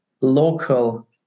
local